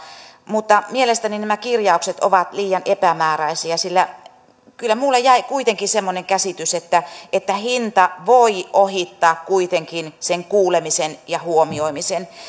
mutta mielestäni nämä kirjaukset ovat liian epämääräisiä sillä kyllä minulle jäi kuitenkin semmoinen käsitys että että hinta voi ohittaa kuitenkin sen kuulemisen ja huomioimisen